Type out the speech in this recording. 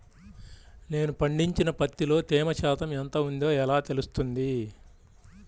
నేను పండించిన పత్తిలో తేమ శాతం ఎంత ఉందో ఎలా తెలుస్తుంది?